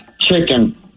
Chicken